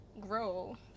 grow